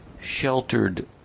sheltered